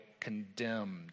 condemned